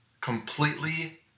completely